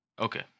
Okay